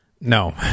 No